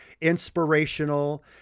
inspirational